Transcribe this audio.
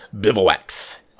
Bivouac's